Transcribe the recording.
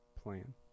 plan